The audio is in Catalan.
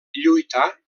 lluità